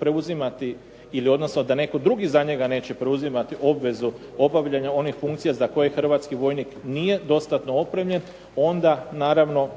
preuzimati ili odnosno da netko drugi za njega neće preuzimati obvezu obavljanja onih funkcija za koje hrvatski vojnik nije dostatno opremljen, onda naravno